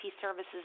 services